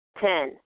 Ten